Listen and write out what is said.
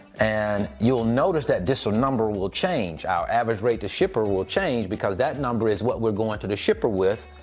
and you'll notice that this number will change. our average rate to shipper will change because that number is what we're going to the shipper with,